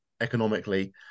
economically